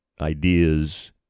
ideas